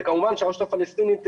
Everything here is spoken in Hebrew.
כמובן שהרשות הפלסטינית,